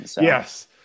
Yes